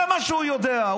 זה מה שהוא יודע.